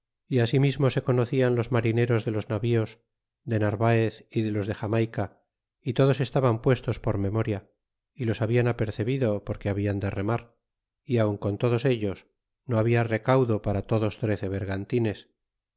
cortés é asimismo se conocian los marineros de los navíos de narvaez y de los de jamayca y todos estaban puestos por memoria y los habian apercebido porque babian de remar y aun con todos ellos no habia recaudo para to doitrece